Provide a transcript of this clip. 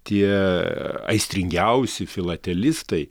tie aistringiausi filatelistai